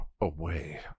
away